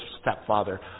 stepfather